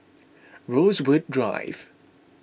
Rosewood Drive